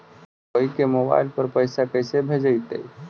कोई के मोबाईल पर पैसा कैसे भेजइतै?